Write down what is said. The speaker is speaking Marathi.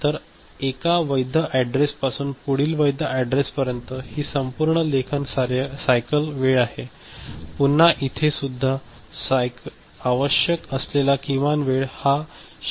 तर एका वैध ऍडरेसपासून पुढील वैध ऍडरेसपर्यंत ही संपूर्ण लेखन सायकल वेळ आहे पुन्हा इथे सुद्धा आवश्यक असलेला किमान वेळ हा 100 नॅनोसेकंदच्या क्रमाने असतो